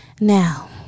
Now